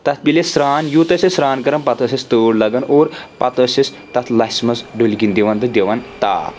تتھ بیٚیہِ أسۍ سران یوٗت ٲسۍ أسۍ سران کران پتہٕ ٲسۍ أسۍ تۭر لگان اور پتہٕ ٲسۍ أسۍ تتھ لسہِ منٛز ڈُل گٕنۍ دِوان تہٕ دِوَان تاپھ